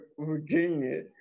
Virginia